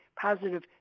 positive